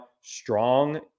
strong